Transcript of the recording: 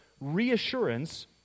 reassurance